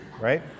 Right